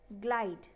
Glide